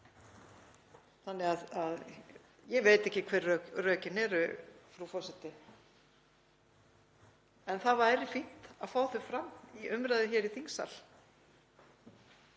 þannig að ég veit ekki hver eru rökin eru, frú forseti, en það væri fínt að fá þau fram í umræðu hér í þingsal.